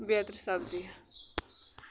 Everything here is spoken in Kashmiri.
بیترِ سَبزی